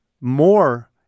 more